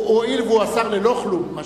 הואיל והוא השר ללא כלום,